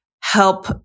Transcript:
help